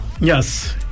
Yes